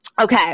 Okay